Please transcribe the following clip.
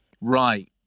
Right